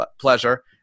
pleasure